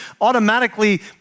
automatically